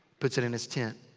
puts it in his tent.